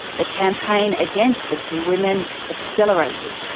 the campaign against the two women accelerated.